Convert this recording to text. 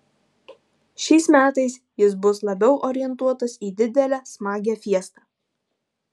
šiais metais jis bus labiau orientuotas į didelę smagią fiestą